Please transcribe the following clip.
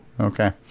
Okay